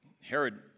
Herod